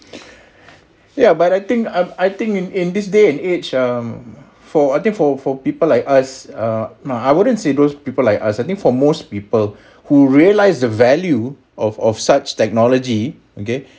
ya but I think um I think in this day and age um for I think for for people like us ah my I wouldn't say those people like us I think for most people who realize the value of of such technology okay